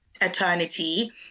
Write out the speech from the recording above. eternity